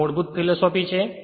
આ મૂળભૂત ફિલોસૂફી છે